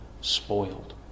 spoiled